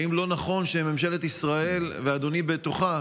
האם לא נכון שממשלת ישראל ואדוני בתוכה